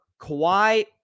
Kawhi